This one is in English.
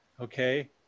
okay